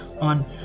on